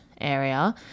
area